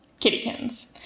Kittykins